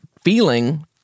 feeling